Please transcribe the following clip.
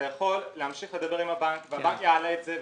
אתה יכול להמשיך לדבר עם הבנק והבנק יעלה את זה,